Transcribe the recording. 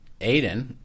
Aiden